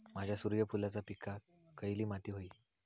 माझ्या सूर्यफुलाच्या पिकाक खयली माती व्हयी?